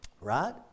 Right